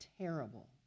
terrible